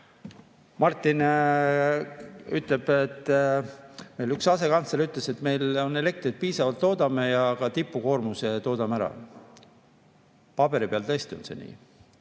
Martin ütleb, et meil üks asekantsler ütles, et me toodame elektrit piisavalt, ka tipukoormuse toodame ära. Paberi peal tõesti on see nii.